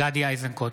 גדי איזנקוט,